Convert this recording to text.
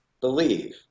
believe